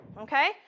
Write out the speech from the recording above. okay